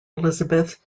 elizabeth